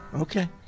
Okay